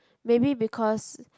maybe because